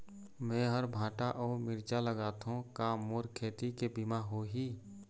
मेहर भांटा अऊ मिरचा लगाथो का मोर खेती के बीमा होही?